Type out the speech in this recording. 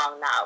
now